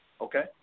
Okay